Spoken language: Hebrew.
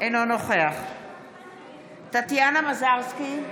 אינו נוכח טטיאנה מזרסקי,